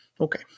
Okay